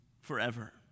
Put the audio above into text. forever